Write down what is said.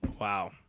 Wow